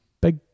big